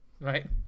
right